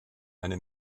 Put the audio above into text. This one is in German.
eine